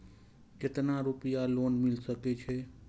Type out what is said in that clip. केतना रूपया लोन मिल सके छै?